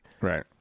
Right